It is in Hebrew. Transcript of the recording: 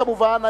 כמובן,